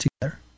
together